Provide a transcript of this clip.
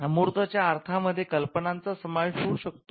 अमूर्त च्या अर्था मध्ये कल्पनांचा समावेश होऊ शकतो